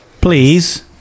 Please